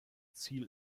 ziel